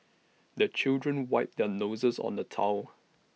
the children wipe their noses on the towel